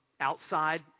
outside